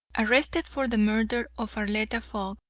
arrested for the murder of arletta fogg,